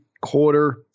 quarter